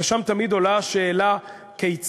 ושם תמיד עולה השאלה כיצד,